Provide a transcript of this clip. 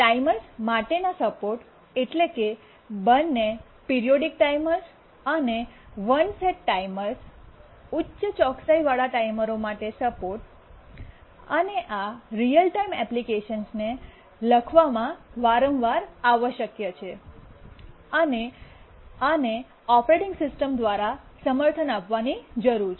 timers માટેના support એટલે કે બંને પિરીયોડીક ટાઈમર્સ અને વન સેટ ટાઇમર્સ ઉચ્ચ ચોકસાઇવાળા ટાઈમરો માટે સપોર્ટ અને આ રીઅલ ટાઇમ એપ્લિકેશંસને લખવામાં વારંવાર આવશ્યક છે અને આને ઓપરેટિંગ સિસ્ટમ દ્વારા સમર્થન આપવાની જરૂર છે